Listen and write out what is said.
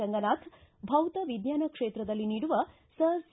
ರಂಗನಾಥ ಭೌತ ವಿಜ್ಞಾನ ಕ್ಷೇತ್ರದಲ್ಲಿ ನೀಡುವ ಸರ್ ಸಿ